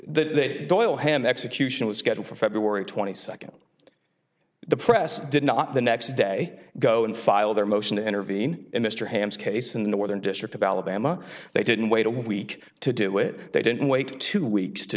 that that doyle hand execution was scheduled for february twenty second the press did not the next day go and file their motion intervene in mr ham's case in the northern district of alabama they didn't wait a week to do it they didn't wait two weeks to